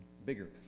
bigger